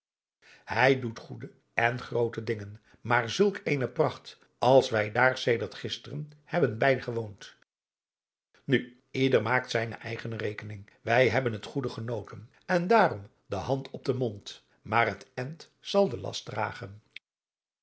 hij doet goede en groote dingen maar zulk eene pracht als wij daar sedert gisteren hebben bijgewoond nu ieder maakt zijne eigen rekening wij hebben het goede genoten en daarom de hand op den mond maar het end zal de last dragen